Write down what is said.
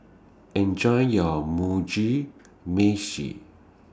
Enjoy your Mugi Meshi